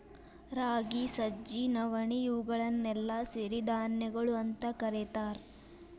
ರಾಗಿ, ಸಜ್ಜಿ, ನವಣಿ, ಇವುಗಳನ್ನೆಲ್ಲ ಸಿರಿಧಾನ್ಯಗಳು ಅಂತ ಕರೇತಾರ